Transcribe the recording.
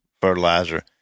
fertilizer